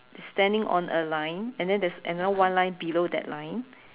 standing on a line and then there's another one line below that line